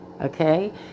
Okay